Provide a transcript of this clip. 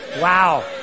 Wow